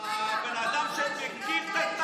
אדוני מזכיר הכנסת, היושב-ראש פועל בניגוד